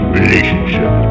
relationship